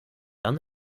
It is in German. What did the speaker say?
dann